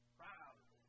proud